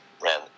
ran